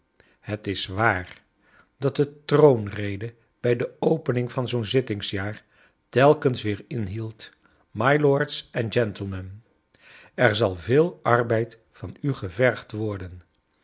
het is waar dat de troonrede bij de opening van zoo'n zittingjaar telkens weer inhield mylords en gentlemen er zal veel arbeid van u gevergd worden